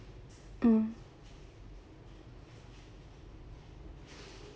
mm